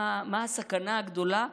מה הסכנה הגדולה,